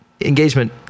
Engagement